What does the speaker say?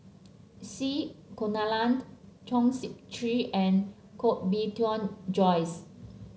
C Kunalan Chong Sip Chee and Koh Bee Tuan Joyce